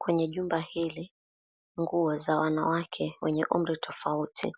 Kwenye jumba hili, nguo za wanawake wenye umri tofauti